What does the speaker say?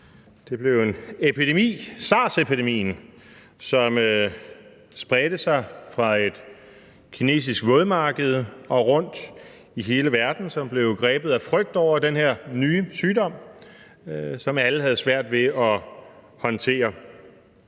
Det blev en epidemi, sars-epidemien, som spredte sig fra et kinesisk vådmarked og rundt i hele verden, som blev grebet af frygt over den her nye sygdom, som alle havde svært ved at håndtere.